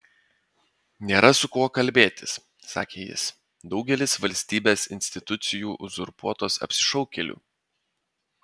nėra su kuo kalbėtis sakė jis daugelis valstybės institucijų uzurpuotos apsišaukėlių